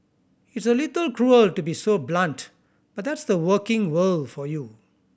it's a little cruel to be so blunt but that's the working world for you